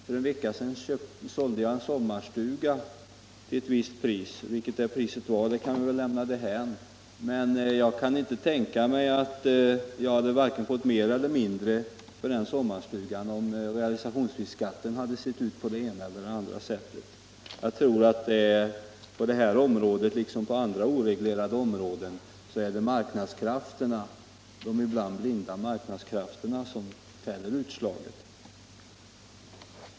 För en vecka sedan sålde jag en sommarstuga — priset kan vi väl lämna därhän, men jag kan inte tänka mig att jag skulle ha fått vare sig mer eller mindre för den sommarstugan om realisationsvinstbeskattningen varit utformad på ett annat sätt. Jag tror att på detta område, liksom på andra oreglerade områden, är det de ibland blinda marknadskrafterna som fäller utslaget.